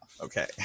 okay